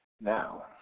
Now